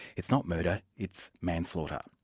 it's not murder, it's manslaughter.